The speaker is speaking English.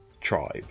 tribe